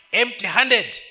empty-handed